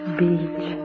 beach